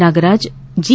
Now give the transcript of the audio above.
Nagaraj G